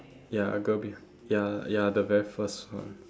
ya a girl beh~ ya ya the very first one